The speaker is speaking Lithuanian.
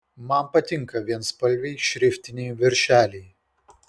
man patinka vienspalviai šriftiniai viršeliai